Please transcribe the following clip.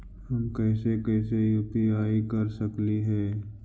हम कैसे कैसे यु.पी.आई कर सकली हे?